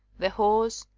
the horse,